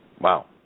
Wow